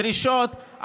דרישות,